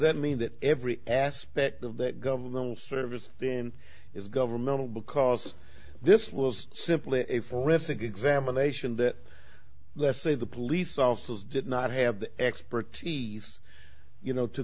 doesn't mean that every aspect of that governmental service then is governmental because this was simply a forensic examination that let's say the police officers did not have the expertise you know to